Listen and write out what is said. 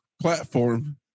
platform